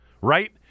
right